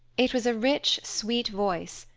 it was a rich, sweet voice,